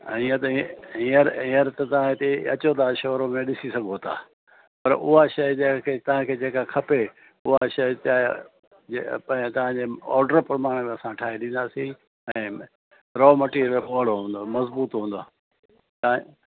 ऐं इहा त हींअर हींअर त तां हिते अचो था शोरूम में ॾिसी सघो था पर उहा शइ जेके जेका तव्हांखे खपे उहा शइ तव्हांजे ऑडर प्रमाणे असां ठाहे ॾींदासीं ऐं में रॉ मटिरियल ओहिड़ो हूंदो मज़बूतु हूंदो ऐं